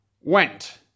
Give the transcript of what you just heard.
went